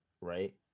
right